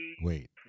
Wait